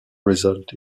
result